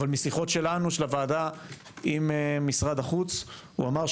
אבל משיחות שלנו של הוועדה עם משרד החוץ הוא אמר,